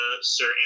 Sir